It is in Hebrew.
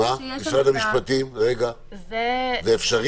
משרד המשפטים, זה אפשרי?